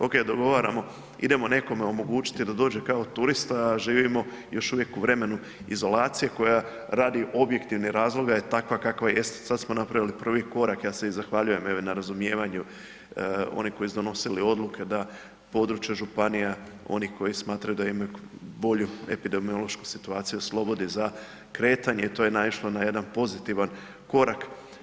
Oke, dogovaramo, idemo nekome omogućiti da dođe kao turist, a živimo još uvijek u vremenu izolacije koja radi objektivnih razloga je takva kakva jest i sad smo napravili prvi korak, ja se i zahvaljujem evo, na razumijevaju onih koji su donosili odluke da područje županija oni koji smatraju da imaju bolju epidemiološku situaciju oslobodi za kretanje i to je naišlo na jedan pozitivan korak.